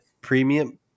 Premium